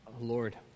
Lord